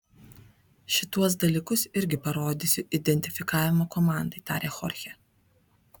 šituos dalykus irgi parodysiu identifikavimo komandai tarė chorchė